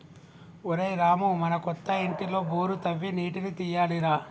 ఒరేయ్ రామూ మన కొత్త ఇంటిలో బోరు తవ్వి నీటిని తీయాలి రా